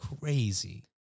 crazy